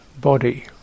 body